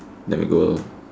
then we go